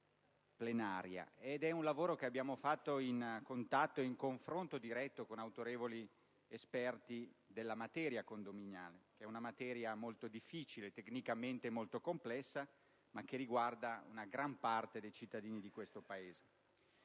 Il lavoro è stato svolto in contatto e confronto diretto con autorevoli esperti della materia condominiale; una materia molto difficile, tecnicamente molto complessa ma che riguarda la gran parte dei cittadini di questo Paese.